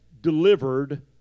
delivered